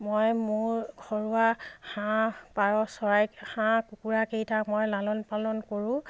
মই মোৰ ঘৰুৱা হাঁহ পাৰ চৰাইক হাঁহ কুকুৰাকেইটাৰ মই লালন পালন কৰোঁ